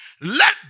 let